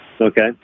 Okay